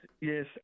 Yes